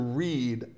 read